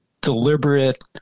deliberate